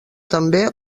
també